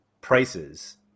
prices